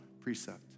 precept